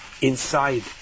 inside